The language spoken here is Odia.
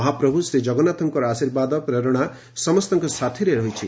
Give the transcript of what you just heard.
ମହାପ୍ରଭୁ ଶ୍ରୀକଗନ୍ନାଥକ୍ ଆଶୀର୍ବାଦ ପ୍ରେରଶା ସମସ୍ତଙ୍କ ସାଥୀରେ ରହିଛି